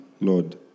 Lord